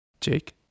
Jake